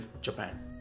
Japan